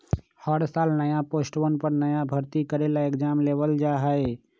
हर साल नया पोस्टवन पर नया भर्ती करे ला एग्जाम लेबल जा हई